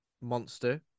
monster